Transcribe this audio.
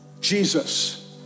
Jesus